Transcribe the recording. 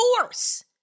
force